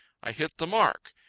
i hit the mark.